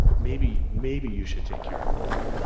maybe, maybe you should take care of that.